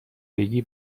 بگی